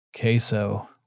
queso